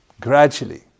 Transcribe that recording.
gradually